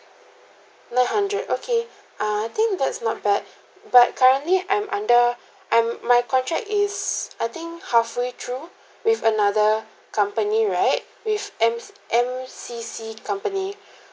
nine hundred okay ah I think that's not bad but currently I'm under I'm my contract is I think halfway through with another company right with M_M_C_C company